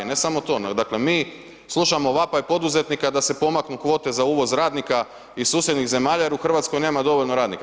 Ne samo to, dakle mi slušamo vapaj poduzetnika da se pomaknu kvote za uvoz radnika iz susjednih zemalja jer u Hrvatskoj nema dovoljno radnika.